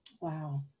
Wow